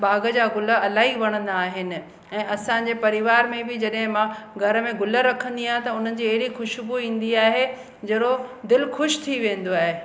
बाग़ जा गुल इलाही वणंदा आहिनि ऐं असांजे परिवार में बि जॾहिं मां घर में गुल रखंदी आहियां त उननि जी एॾी खुशबू इंदी आहे जहिड़ो दिलि ख़ुशि थी वेंदो आहे